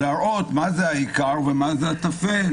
ויראו מה העיקר ומה הטפל.